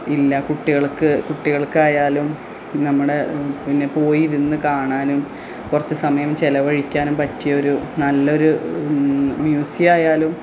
ഇല്ല കുട്ടികൾക്ക് കുട്ടികൾക്കായാലും നമ്മുടെ പിന്നെ പോയിരുന്നുകാണാനും കുറച്ചു സമയം ചിലവഴിക്കാനും പറ്റിയൊരു നല്ലൊരു മ്യൂസിയമായാലും